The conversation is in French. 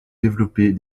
développer